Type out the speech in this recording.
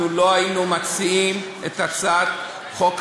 לא היינו מציעים את הצעת חוק המינימום.